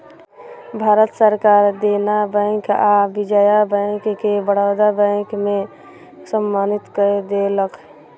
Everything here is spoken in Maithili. भारत सरकार देना बैंक आ विजया बैंक के बड़ौदा बैंक में सम्मलित कय देलक